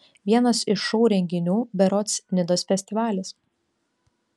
vienas iš šou renginių berods nidos festivalis